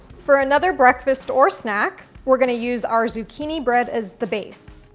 for another breakfast or snack, we're gonna use our zucchini bread as the base.